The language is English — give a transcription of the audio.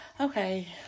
Okay